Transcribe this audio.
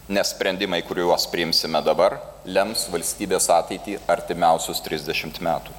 nes sprendimai kuriuos priimsime dabar lems valstybės ateitį artimiausius trisdešimt metų